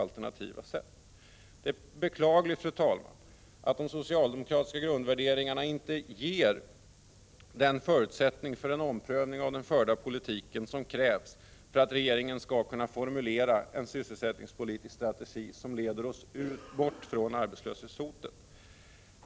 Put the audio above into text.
Det är ett beklagligt faktum, fru talman, att de socialdemokratiska grundvärderingarna inte ger den förutsättning för en omprövning av den förda politiken som krävs för att regeringen skall kunna formulera en sysselsättningspolitisk strategi som leder oss bort från arbetslöshetshotet.